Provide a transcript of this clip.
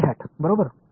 Y hat बरोबर